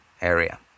area